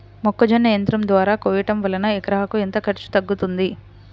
మొక్కజొన్న యంత్రం ద్వారా కోయటం వలన ఎకరాకు ఎంత ఖర్చు తగ్గుతుంది?